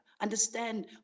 understand